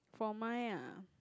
for mine ah